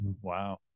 wow